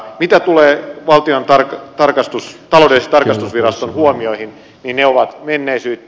mitä tulee valtiontalouden tarkastusviraston huomioihin ne ovat menneisyyttä